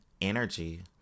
energy